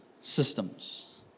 systems